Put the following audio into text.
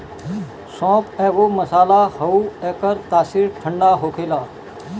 सौंफ एगो मसाला हअ एकर तासीर ठंडा होखेला